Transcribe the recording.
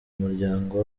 umuryango